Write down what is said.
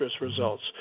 results